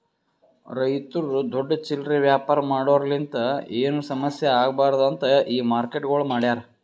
ರೈತುರು ದೊಡ್ಡ ಚಿಲ್ಲರೆ ವ್ಯಾಪಾರ ಮಾಡೋರಲಿಂತ್ ಏನು ಸಮಸ್ಯ ಆಗ್ಬಾರ್ದು ಅಂತ್ ಈ ಮಾರ್ಕೆಟ್ಗೊಳ್ ಮಾಡ್ಯಾರ್